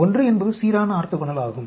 1 என்பது சீரான ஆர்த்தோகனல் ஆகும்